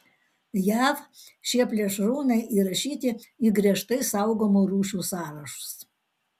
jav šie plėšrūnai įrašyti į griežtai saugomų rūšių sąrašus